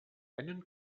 einen